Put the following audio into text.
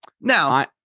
Now